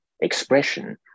expression